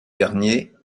dernier